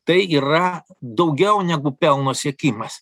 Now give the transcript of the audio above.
tai yra daugiau negu pelno siekimas